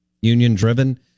union-driven